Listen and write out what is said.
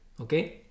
Okay